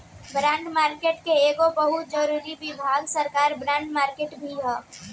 bond market के एगो बहुत जरूरी विभाग सरकार बॉन्ड मार्केट भी ह